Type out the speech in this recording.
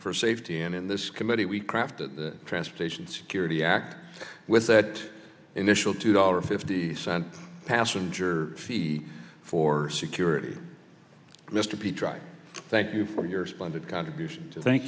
for safety and in this committee we crafted the transportation security act with that initial two dollar fifty cent passenger fee for security mr p try thank you for your splendid contribution to thank